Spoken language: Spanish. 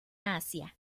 asia